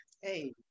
Hey